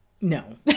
No